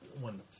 one